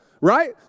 right